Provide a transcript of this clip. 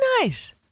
nice